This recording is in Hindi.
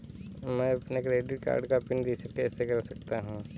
मैं अपने क्रेडिट कार्ड का पिन रिसेट कैसे कर सकता हूँ?